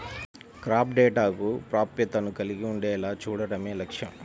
crop డేటాకు ప్రాప్యతను కలిగి ఉండేలా చూడడమే లక్ష్యం